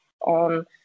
on